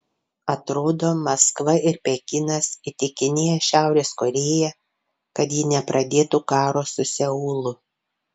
atrodo maskva ir pekinas įtikinėja šiaurės korėją kad ji nepradėtų karo su seulu